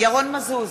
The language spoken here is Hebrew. ירון מזוז,